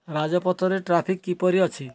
ରାଜପଥରେ ଟ୍ରାଫିକ୍ କିପରି ଅଛି